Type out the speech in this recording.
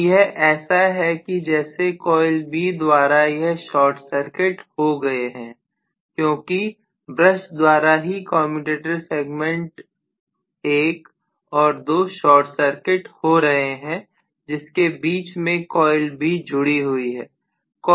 तो यह ऐसा है कि जैसे कॉइल B द्वारा यह शॉर्ट सर्किट हो गए हैं क्योंकि ब्रश द्वारा ही कमयुटेटर सेगमेंट 1 और 2 शॉर्ट सर्किट हो रहे हैं जिसके बीच में कॉइल B जुड़ी हुई है